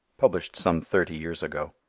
published some thirty years ago.